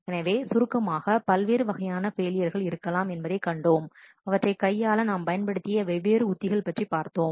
எனவே சுருக்கமாக பல்வேறு வகையான ஃபெயிலியர்கள் இருக்கலாம் என்பதைக் கண்டோம் அவற்றைக் கையாள நாம் பயன்படுத்திய வெவ்வேறு உத்திகள் பற்றி பார்த்தோம்